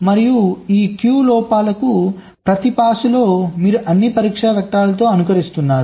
మరియు ఈ q లోపాలకు ప్రతి పాస్ లో మీరు అన్ని పరీక్ష వెక్టర్లతో అనుకరిస్తున్నారు